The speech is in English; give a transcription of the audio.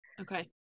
okay